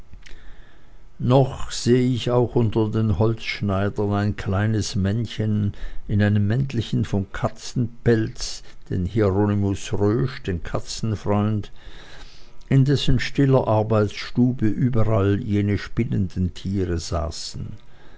noch seh ich auch unter den holzschneidern ein kleines männchen in einem mäntelchen von katzenpelz den hieronymus rösch den katzenfreund in dessen stiller arbeitsstube überall jene spinnenden tiere saßen